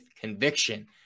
conviction